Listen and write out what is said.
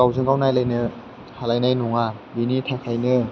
गावजों गाव नायलायनो हालायनाय नङा बिनि थाखायनो